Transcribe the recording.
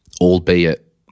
albeit